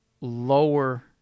lower